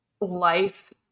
life